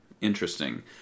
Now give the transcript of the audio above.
interesting